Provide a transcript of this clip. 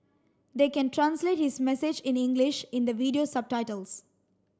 they can translate his message in English in the video subtitles